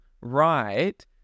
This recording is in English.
right